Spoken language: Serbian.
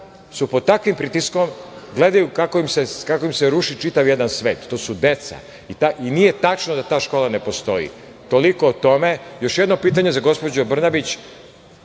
su pod takvim pritiskom, gledaju kako im se ruši čitav jedan svet. To su deca i nije tačno da ta škola ne postoji. Toliko o tome. Još jedno pitanje za gospođu Brnabić